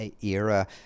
era